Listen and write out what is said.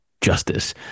Justice